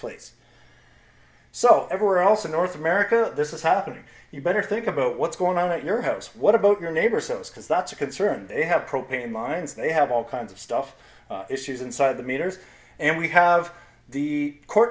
place so everywhere else in north america this is happening you better think about what's going on at your house what about your neighbors those because that's a concern they have propane lines they have all kinds of stuff issues inside the meters and we have the co